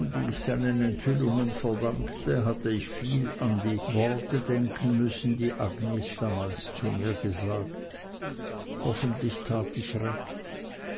die ich seinen enthüllungen verdankte hatte ich viel an die worte denken müssen die agnes damals zu mir gesagt hoffentlich tat ich recht